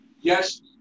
yes